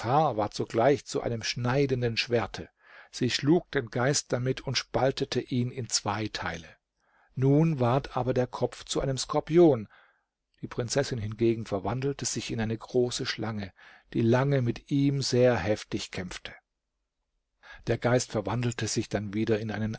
ward sogleich zu einem schneidenden schwerte sie schlug den geist damit und spaltete ihn in zwei teile nun ward aber der kopf zu einem skorpion die prinzessin hingegen verwandelte sich in eine große schlange die lange mit ihm sehr heftig kämpfte der geist verwandelte sich dann wieder in einen